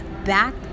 back